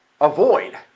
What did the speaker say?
Avoid